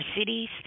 cities